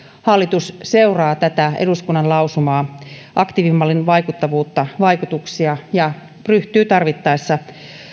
hallitus seuraa tätä eduskunnan lausumaa aktiivimallin vaikuttavuutta vaikutuksia ja ryhtyy tarvittaessa